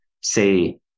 Say